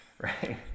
right